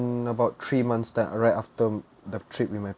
about three months time right after the trip with my